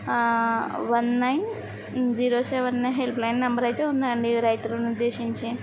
ఆ one nine zero seven help line number అయితే ఉంది అండి రైతులను ఉద్దేశించి